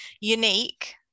Unique